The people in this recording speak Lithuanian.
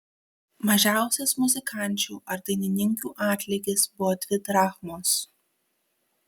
mažiausias muzikančių ar dainininkių atlygis buvo dvi drachmos